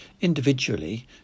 individually